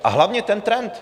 A hlavně, ten trend.